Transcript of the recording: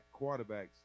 quarterbacks